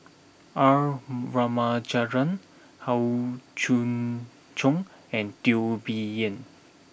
R Ramachandran Howe Yoon Chong and Teo Bee Yen